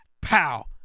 pow